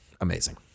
Amazing